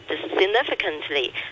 significantly